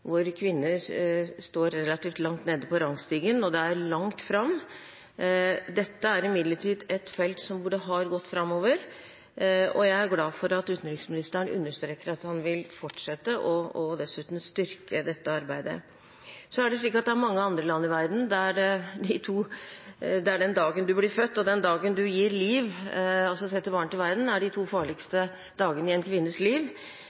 hvor kvinner står relativt langt nede på rangstigen, og det er langt fram. Dette er imidlertid et felt hvor det har gått framover, og jeg er glad for at utenriksministeren understreker at han vil fortsette – og dessuten styrke – dette arbeidet. Så er det slik at det er mange andre land i verden der den dagen du blir født, og den dagen du gir liv – altså setter barn til verden – er de to farligste dagene i en kvinnes liv,